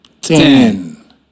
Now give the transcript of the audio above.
ten